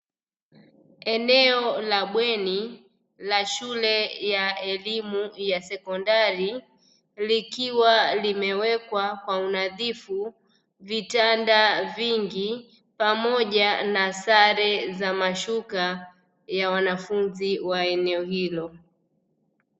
Eneo la bweni la shule ya elimu ya sekondari, likiwa limewekwa kwa unadhifu vitanda vingi, pamoja na sare za mashuka ya wanafunzi wa eneo hilo.